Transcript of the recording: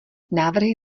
návrhy